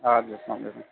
اَدٕ حظ سلام علیکُم